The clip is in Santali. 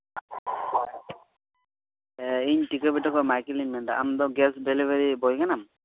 ᱦᱮᱸ ᱤᱧ ᱴᱤᱠᱟᱹᱵᱷᱤᱴᱟᱹ ᱠᱷᱚᱱ ᱢᱟᱭᱠᱮᱞᱤᱧ ᱢᱮᱱ ᱮᱫᱟ ᱟᱢ ᱫᱚ ᱜᱮᱥ ᱰᱮᱞᱤᱵᱷᱟᱨᱤ ᱵᱚᱭ ᱠᱟᱱᱟᱢ